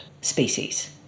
species